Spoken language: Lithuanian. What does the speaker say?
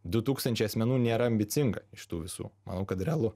du tūkstančiai asmenų nėra ambicinga iš tų visų manau kad realu